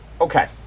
Okay